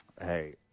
Hey